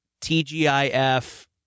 TGIF